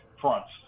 fronts